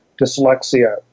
dyslexia